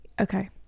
Okay